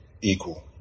equal